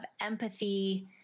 empathy